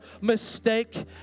mistake